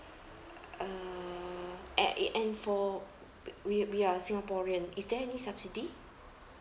uh and eh and for we we are singaporean is there any subsidy